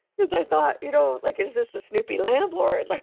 because i thought, you know like is this a snoopy landlord? like